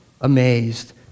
amazed